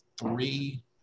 three